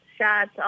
shots